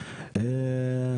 העניין.